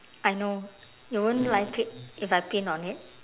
I know you won't like it if I pin on it